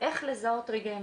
איך לזהות רגע אמת,